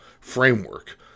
framework